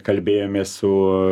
kalbėjomės su